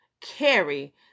carry